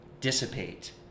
dissipate